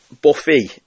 Buffy